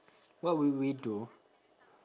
what would we do